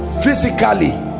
physically